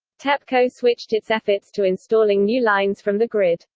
tepco switched its efforts to installing new lines from the grid.